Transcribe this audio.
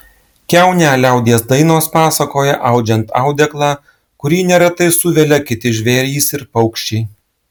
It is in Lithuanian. kiaunę liaudies dainos pasakoja audžiant audeklą kurį neretai suvelia kiti žvėrys ir paukščiai